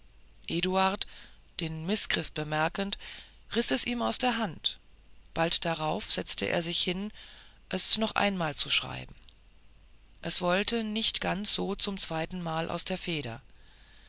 den mißgriff bemerkend riß es ihm aus der hand bald darauf setzte er sich hin es noch einmal zu schreiben es wollte nicht ganz so zum zweitenmal aus der feder